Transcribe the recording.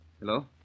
Hello